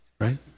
right